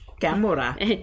camera